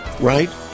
right